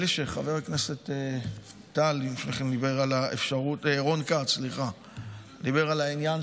נדמה לי שחבר הכנסת רון כץ דיבר על העניין